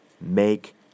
make